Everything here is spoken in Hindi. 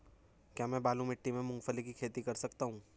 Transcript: क्या मैं बालू मिट्टी में मूंगफली की खेती कर सकता हूँ?